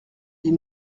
ils